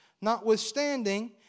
notwithstanding